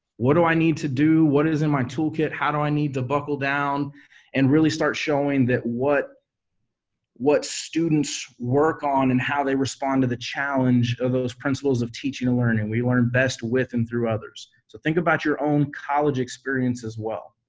what do i need to do, what is in my toolkit, how do i need to buckle down and really start showing that what what students work on and how they respond to the challenge of those principles of teaching and learning, we learn best with and through others, so think about your own college experience as well.